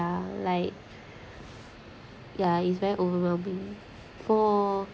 ya like ya it's very overwhelming for